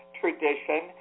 tradition